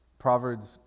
Proverbs